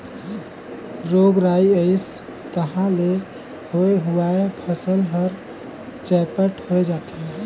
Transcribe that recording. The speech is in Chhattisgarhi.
रोग राई अइस तहां ले होए हुवाए फसल हर चैपट होए जाथे